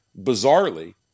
bizarrely